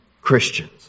Christians